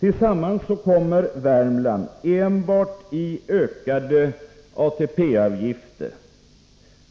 Tillsammans kommer Värmland, enbart till följd av ökade ATP-avgifter,